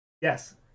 Yes